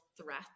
threat